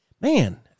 Man